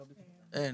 אין.